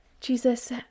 Jesus